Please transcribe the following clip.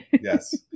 yes